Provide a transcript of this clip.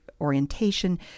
orientation